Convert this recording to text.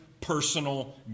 personal